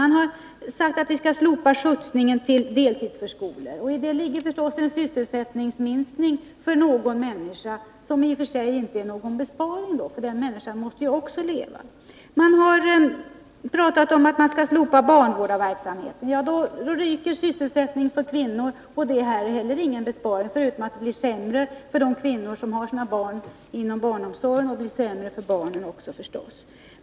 Det har sagts att man skall slopa skjutsningen till deltidsförskolorna. I det ligger givetvis en sysselsättningsminskning för någon människa. Det innebär att det inte blir någon besparing, eftersom den människan också måste leva. Det har talats om att man skall slopa barnvårdarverksamheten. Då ryker sysselsättningstillfällen för kvinnor, vilket gör att inte heller den åtgärden innebär en besparing. Till det kommer att den medför försämringar för de kvinnor som har sina barn inom barnomsorgen, liksom för barnen.